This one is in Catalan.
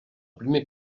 primer